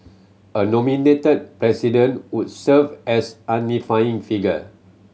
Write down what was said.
a nominated President would serve as unifying figure